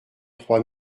trois